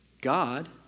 God